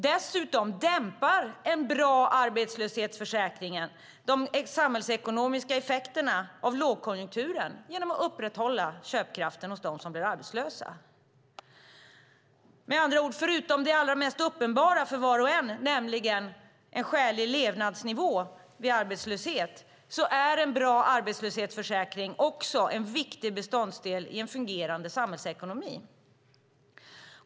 Dessutom dämpar en bra arbetslöshetsförsäkring de samhällsekonomiska effekterna av lågkonjunkturen genom att upprätthålla köpkraften hos dem som blir arbetslösa. Med andra ord: Förutom det allra mest uppenbara för var och en, nämligen att det ska vara en skälig levnadsnivå vid arbetslöshet, är en bra arbetslöshetsförsäkring också en viktig beståndsdel i en fungerande samhällsekonomi.